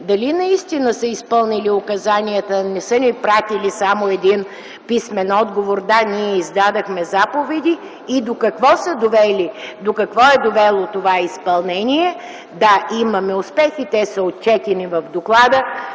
дали наистина са изпълнили указанията, а не са ни изпратили само един писмен отговор: да, ние издадохме заповеди, и до какво е довело това изпълнение. Да, имаме успехи и те са отчетени в доклада.